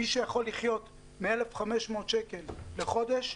מי שיכול לחיות מ-1,500 שקל לחודש,